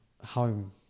home